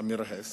עמירה הס